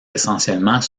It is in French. essentiellement